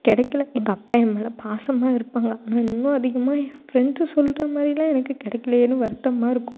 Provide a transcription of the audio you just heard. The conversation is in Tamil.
கிடைக்கல எங்கள் அப்பா என் மேலே பாசமாக இருப்பாங்களா ஆனால் இன்னும் அதிகமாக என் ஃப்ரெண்ட்ஸ் சொல்கிறா மாதிரிலாம் எனக்கு கிடைக்கலையேனு வருத்தமாக இருக்கும்